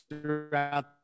throughout